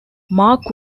mark